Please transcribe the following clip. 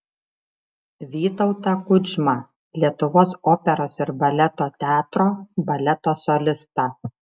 vytautą kudžmą lietuvos operos ir baleto teatro baleto solistą